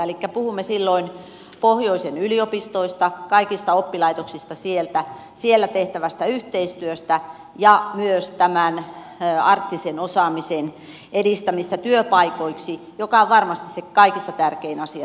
elikkä puhumme silloin pohjoisen yliopistoista kaikista oppilaitoksista siellä siellä tehtävästä yhteistyöstä ja myös tämän arktisen osaamisen edistämisestä työpaikoiksi joka on varmasti se kaikista tärkein asia suomelle